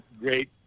Great